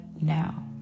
now